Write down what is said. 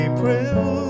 April